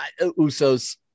Usos